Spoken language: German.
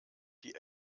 die